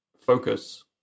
focus